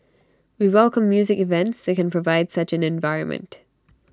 we welcome music events that can provide such an environment